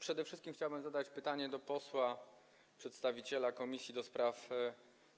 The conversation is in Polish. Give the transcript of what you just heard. Przede wszystkim chciałbym zadać pytanie posłowi przedstawicielowi Komisji do Spraw